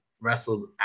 wrestled